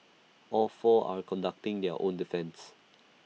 all four are conducting their own defence